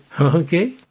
Okay